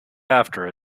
after